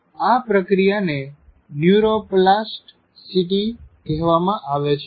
આ પ્રક્રિયાને ન્યુરોપલાસ્ટસિટી કહેવામાં આવે છે